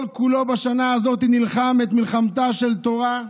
כל-כולו בשנה הזאת נלחם את מלחמתה של תורה.